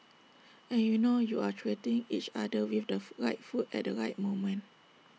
and you know you are treating each other with the right food at the right moment